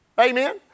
Amen